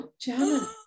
Janet